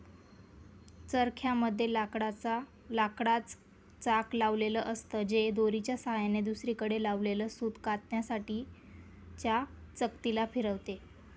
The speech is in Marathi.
चरख्या मध्ये लाकडाच चाक लावलेल असत, जे दोरीच्या सहाय्याने दुसरीकडे लावलेल सूत कातण्यासाठी च्या चकती ला फिरवते